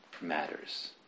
matters